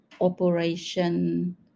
operation